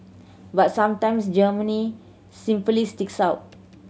but sometimes Germany simply sticks out